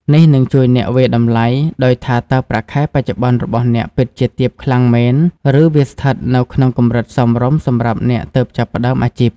នេះនឹងជួយអ្នកវាយតម្លៃដោយថាតើប្រាក់ខែបច្ចុប្បន្នរបស់អ្នកពិតជាទាបខ្លាំងមែន ឬវាស្ថិតនៅក្នុងកម្រិតសមរម្យសម្រាប់អ្នកទើបចាប់ផ្ដើមអាជីព។